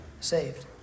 saved